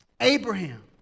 Abraham